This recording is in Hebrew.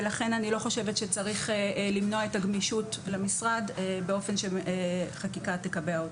לכן אני לא חושבת שצריך למנוע את הגמישות למשרד באופן שחקיקה תקבע אותו.